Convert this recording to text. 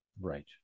Right